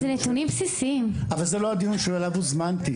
להלן תרגומם: זה נתונים בסיסיים.) זה לא הדיון שאליו הוזמנתי.